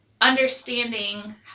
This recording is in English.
understanding